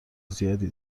زیادی